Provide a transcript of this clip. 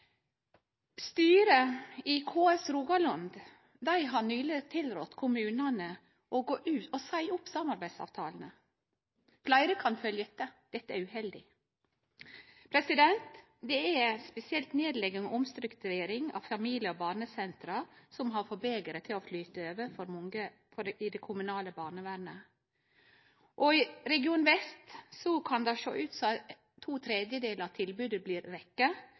Styret i KS Rogaland har nyleg tilrådd kommunane å gå ut og seie opp samarbeidsavtalene. Fleire kan følgje etter, dette er uheldig. Det er spesielt nedlegginga og omstruktureringa av familie- og barnesentera som har fått begeret til å flyte over for mange i det kommunale barnevernet. I Region vest kan det sjå ut som at to tredjedelar av tilbodet blir